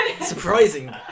Surprising